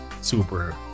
Super